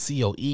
COE